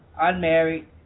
unmarried